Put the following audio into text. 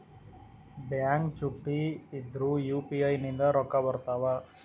Bank ಚುಟ್ಟಿ ಇದ್ರೂ UPI ನಿಂದ ರೊಕ್ಕ ಬರ್ತಾವಾ?